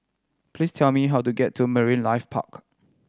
please tell me how to get to Marine Life Park